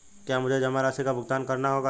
क्या मुझे जमा राशि का भुगतान करना होगा?